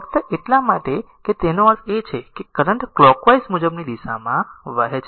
ફક્ત એટલા માટે કે તેનો અર્થ એ છે કે કરંટ કલોકવાઈઝ મુજબની દિશામાં વહે છે